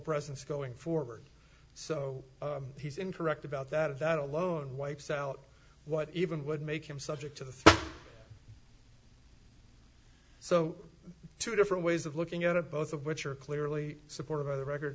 presence going forward so he's incorrect about that if that alone wipes out what even would make him subject to this so two different ways of looking at it both of which are clearly supported by the record